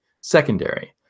secondary